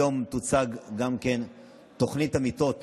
היום גם תוצג תוכנית המיטות